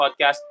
podcast